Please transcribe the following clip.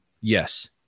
yes